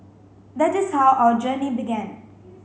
that is how our journey began